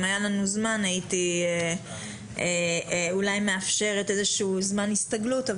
אם היה לנו זמן הייתי אולי מאפשרת איזשהו זמן הסתגלות,